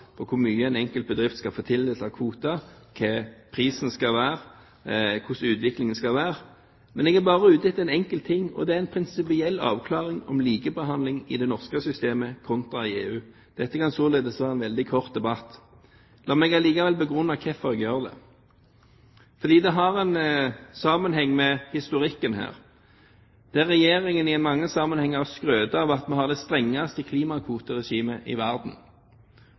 på hvor mye en enkelt bedrift skal få tildelt av kvoter, hva prisen skal være, eller hvordan utviklingen skal være. Jeg er bare ute etter én enkelt ting, og det er en prinsipiell avklaring når det gjelder likebehandling i det norske systemet kontra i EU. Dette kan således være en veldig kort debatt. La meg likevel begrunne hvorfor jeg gjør det. Det er fordi det har en sammenheng med historikken. Regjeringen har i mange sammenhenger skrytt av at man har det strengeste klimakvoteregimet i verden.